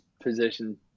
position